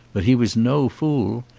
but he was no fool.